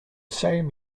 same